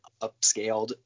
upscaled